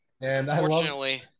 Unfortunately